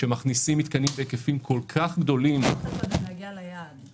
כשמכניסים מתקנים בהיקפים כל כך גדולים --- מתי נגיע ליעד?